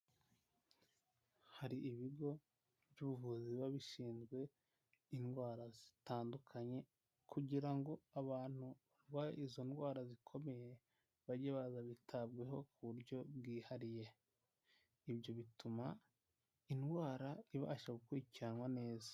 Hari ibigo by'ubuvuzi biba bishinzwe indwara zitandukanye, kugira ngo abantu barwaye izo ndwara zikomeye bajye baza bitabweho ku buryo bwihariye, ibyo bituma indwara ibasha gukurikiranwa neza.